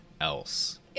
else